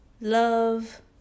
love